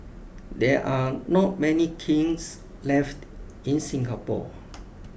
there are not many kilns left in Singapore